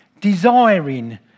desiring